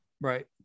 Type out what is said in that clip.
Right